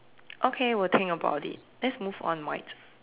okay will think about it let's move on mate